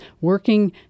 working